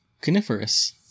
Coniferous